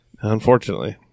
Unfortunately